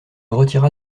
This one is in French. retira